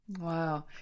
Wow